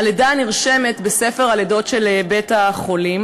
הלידה נרשמת בספר הלידות של בית-החולים,